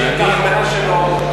בשטח הפעולה שלו,